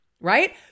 right